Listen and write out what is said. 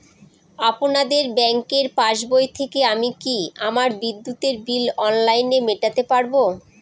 আপনাদের ব্যঙ্কের পাসবই থেকে আমি কি আমার বিদ্যুতের বিল অনলাইনে মেটাতে পারবো?